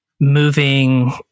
Moving